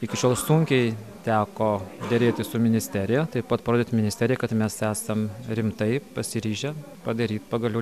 iki šiol sunkiai teko derėtis su ministerija taip pat parodyt ministerijai kad mes esam rimtai pasiryžę padaryt pagaliau